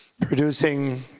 producing